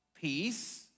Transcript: Peace